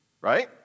Right